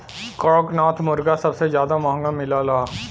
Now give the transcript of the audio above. कड़कनाथ मुरगा सबसे जादा महंगा मिलला